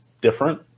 different